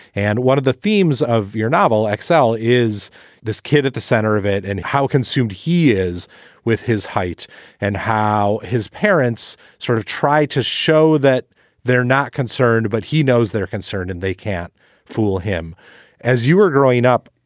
and one of the themes of your novel excel is this kid at the center of it and how consumed he is with his height and how his parents sort of try to show that they're not concerned. but he knows they're concerned and they can't fool him as you were growing up.